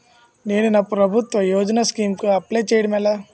నేను నా ప్రభుత్వ యోజన స్కీం కు అప్లై చేయడం ఎలా?